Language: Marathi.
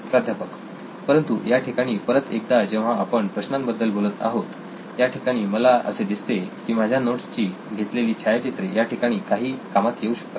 प्राध्यापक परंतु या ठिकाणी परत एकदा जेव्हा आपण प्रश्नांबद्दल बोलत आहोत याठिकाणी मला असे दिसते की माझ्या नोट्स ची घेतलेली छायाचित्रे या ठिकाणी काही कामात येऊ शकतात